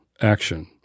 action